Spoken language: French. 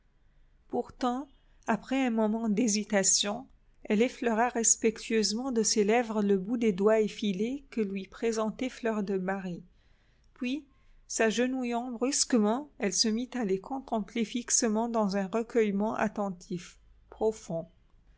pourtant après un moment d'hésitation elle effleura respectueusement de ses lèvres le bout des doigts effilés que lui présentait fleur de marie puis s'agenouillant brusquement elle se mit à la contempler fixement dans un recueillement attentif profond